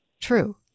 true